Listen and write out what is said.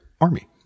army